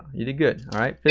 you did good, all right?